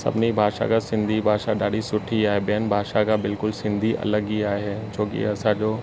सभिनी भाषा खां सिंधी भाषा ॾाढी सुठी आहे ॿियनि भाषा खां बिल्कुलु सिंधी अलॻि ई आहे छोकी असांजो